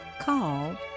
called